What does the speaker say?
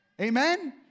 Amen